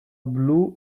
blue